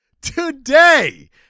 today